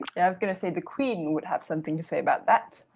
yeah, i was going to say, the queen would have something to say about that.